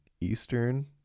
eastern